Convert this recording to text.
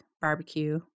barbecue